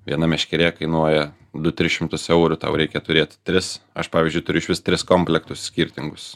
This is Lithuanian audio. viena meškerė kainuoja du tris šimtus eurų tau reikia turėt tris aš pavyzdžiui turiu iš vis tris komplektus skirtingus